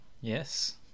Yes